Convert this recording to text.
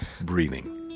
breathing